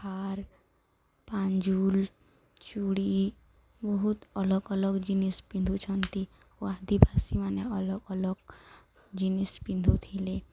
ହାର ପାଞ୍ଜୁଲ ଚୁଡ଼ି ବହୁତ ଅଲଗା ଅଲଗା ଜିନିଷ୍ ପିନ୍ଧୁଛନ୍ତି ଓ ଆଦିବାସୀ ମାନେ ଅଲଗା ଅଲଗା ଜିନିଷ୍ ପିନ୍ଧୁଥିଲେ